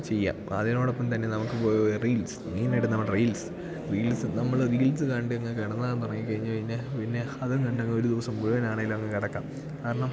ചെയ്യാം അതിനോടൊപ്പം തന്നെ നമുക്ക് റീൽസ് മെയിനായിട്ട് നമ്മുടെ റീൽസ് റീൽസ് നമ്മൾ റീൽസ് കണ്ടങ്ങ് കിടന്നുറങ്ങി കഴിഞ്ഞു കഴിഞ്ഞാൽ പിന്നെ അതും കണ്ടങ്ങൊരു ദിവസം മുഴുവനാണെങ്കിലുമങ്ങ് കിടക്കാം കാരണം